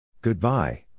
Goodbye